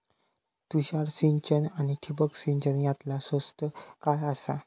तुषार सिंचन आनी ठिबक सिंचन यातला स्वस्त काय आसा?